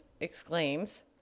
exclaims